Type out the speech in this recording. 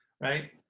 right